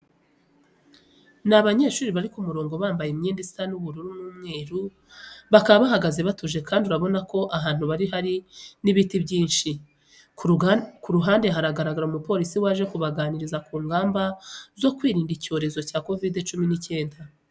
Ni abanyeshuri bari ku murongo bambaye imyenda isa ubururu n'umweru. Bakaba bahagaze batuje kandi urabona ko ahantu bari hari n'ibiti byinshi. Ku ruhande haragaragara umupolisi waje ku baganiriza ku ngamba zo kwirinda icyorezo cya Kovide cumi n'icyenda.